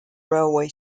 railway